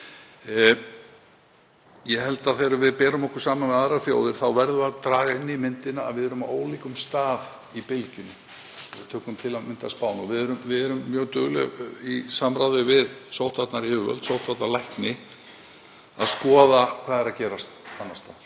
bolta. Þegar við berum okkur saman við aðrar þjóðir verðum við að taka inn í myndina að við erum á ólíkum stað í bylgjunni, ef við tökum til að mynda Spán. Við erum mjög dugleg, í samráði við sóttvarnayfirvöld, sóttvarnalækni, að skoða hvað er að gerast annars staðar.